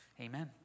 Amen